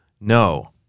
No